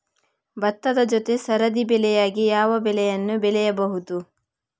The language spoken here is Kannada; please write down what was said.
ಭತ್ತದ ಜೊತೆ ಸರದಿ ಬೆಳೆಯಾಗಿ ಯಾವ ಬೆಳೆಯನ್ನು ಬೆಳೆಯಬಹುದು?